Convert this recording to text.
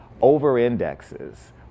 over-indexes